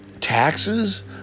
taxes